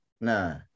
Nah